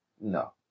No